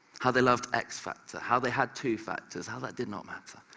how they loved x factor, how they had two factors, how that did not matter,